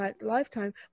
lifetime